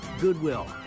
Goodwill